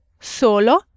Solo